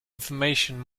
information